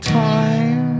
time